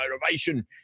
motivation